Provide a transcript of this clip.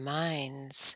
minds